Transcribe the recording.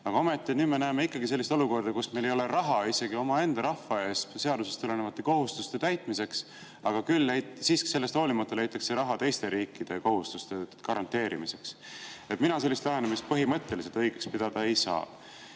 Aga ometi me nüüd näeme sellist olukorda, kus meil ei ole raha isegi omaenda rahva ees seadusest tulenevate kohustuste täitmiseks, sellest hoolimata leitakse raha teiste riikide kohustuste garanteerimiseks. Mina sellist lähenemist põhimõtteliselt õigeks pidada ei saa.